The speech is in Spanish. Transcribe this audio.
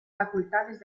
facultades